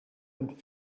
and